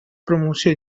promoció